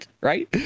right